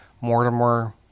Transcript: Mortimer